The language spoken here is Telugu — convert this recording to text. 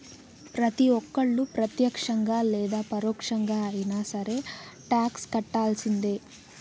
ప్రతి ఒక్కళ్ళు ప్రత్యక్షంగా లేదా పరోక్షంగా అయినా సరే టాక్స్ కట్టాల్సిందే